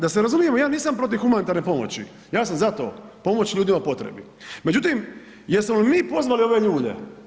Da se razumijemo, ja nisam protiv humanitarne pomoći, ja sam za to, pomoć je ljudima potrebna međutim jesmo li mi pozvali ove ljude?